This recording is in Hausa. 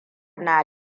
na